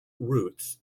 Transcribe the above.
roots